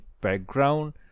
background